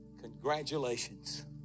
Congratulations